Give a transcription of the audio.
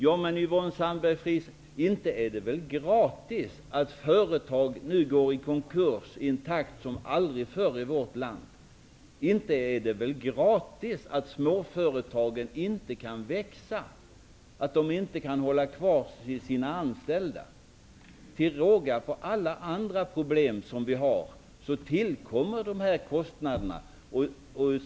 Ja, men, Yvonne Sandberg Fries, inte är det väl gratis att företag går i konkurs i en takt som aldrig förr i vårt land. Och inte är det väl gratis att småföretagen inte kan växa, att de inte kan behålla sina anställda. Till råga på allt elände med de problem som vi har tillkommer nämnda kostnader.